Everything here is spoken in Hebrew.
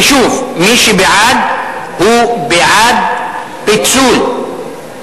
ושוב, מי שבעד הוא בעד פיצול,